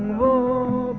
wo